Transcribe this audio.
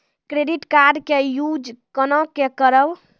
Credit card के use कोना के करबऽ?